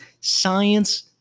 Science